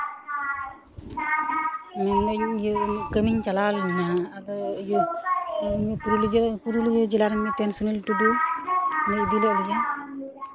ᱢᱮᱱᱫᱟᱹᱧ ᱤᱭᱟᱹ ᱠᱟᱹᱢᱤᱧ ᱪᱟᱞᱟᱣ ᱞᱮᱱᱟ ᱟᱫᱚ ᱤᱭᱟᱹ ᱯᱩᱨᱩᱞᱤᱭᱟᱹ ᱡᱮᱞᱟ ᱯᱩᱨᱩᱞᱤᱭᱟᱹ ᱡᱮᱞᱟ ᱨᱮᱱ ᱢᱤᱫᱴᱮᱱ ᱥᱩᱱᱤᱞ ᱴᱩᱰᱩ ᱩᱱᱤᱭ ᱤᱫᱤᱞᱮᱫ ᱞᱮᱭᱟ